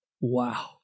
Wow